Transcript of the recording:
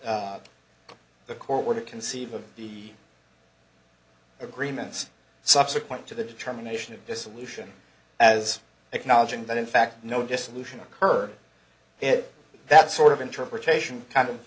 if the court were to conceive of the agreements subsequent to the determination of dissolution as acknowledging that in fact no dissolution occurred and that sort of interpretation kind of